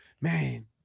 man